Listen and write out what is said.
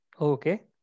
Okay